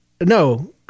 no